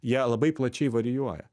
jie labai plačiai varijuoja